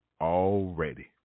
already